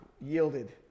yielded